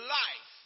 life